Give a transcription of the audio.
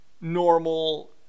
normal